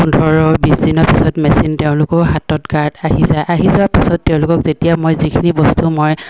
পোন্ধৰ বিছ দিনৰ পিছত মেচিন তেওঁলোকেও হাতত গাৰ্ড আহি যায় আহি যোৱাৰ পাছত তেওঁলোকক যেতিয়া মই যিখিনি বস্তু মই